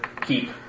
keep